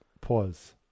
Pause